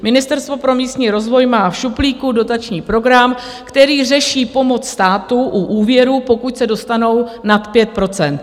Ministerstvo pro místní rozvoj má v šuplíku dotační program, který řeší pomoc státu u úvěrů, pokud se dostanou nad 5 %.